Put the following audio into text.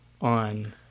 on